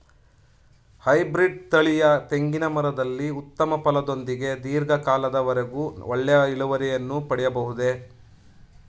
Hybrid ತಳಿಯ ತೆಂಗಿನ ಮರದಲ್ಲಿ ಉತ್ತಮ ಫಲದೊಂದಿಗೆ ಧೀರ್ಘ ಕಾಲದ ವರೆಗೆ ಒಳ್ಳೆಯ ಇಳುವರಿಯನ್ನು ಪಡೆಯಬಹುದೇ?